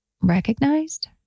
recognized